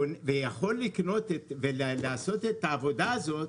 ויכול לעשות את העבודה הזאת,